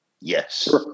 Yes